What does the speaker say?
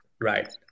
Right